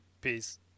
Peace